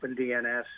OpenDNS